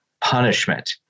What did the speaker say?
punishment